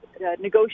negotiate